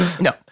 No